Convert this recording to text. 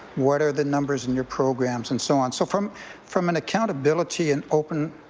what are the numbers in your programs and so on? so from from an accountability and open,